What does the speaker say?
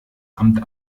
amt